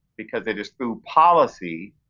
because it is through policy,